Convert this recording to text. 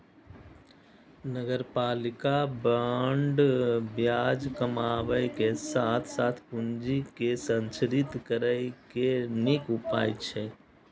नगरपालिका बांड ब्याज कमाबै के साथ साथ पूंजी के संरक्षित करै के नीक उपाय छियै